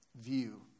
view